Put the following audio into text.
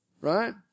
right